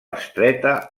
estreta